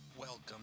Welcome